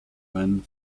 ran